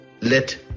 Let